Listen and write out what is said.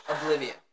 Oblivion